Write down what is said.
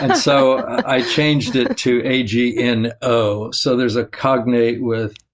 and so, i changed it to a g n o so there's a cognate with,